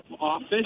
office